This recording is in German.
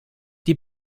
die